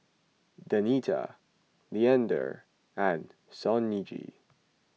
Danita Leander and Sonji